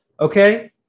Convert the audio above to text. Okay